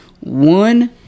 One